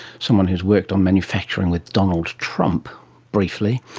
someone who has worked on manufacturing with donald trump briefly,